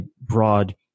broad